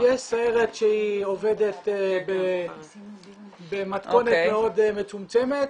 יש סיירת שעובדת במתכונת מאוד מצומצמת,